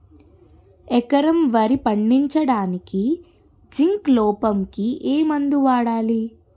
ఎకరం వరి పండించటానికి జింక్ లోపంకి ఏ మందు వాడాలి?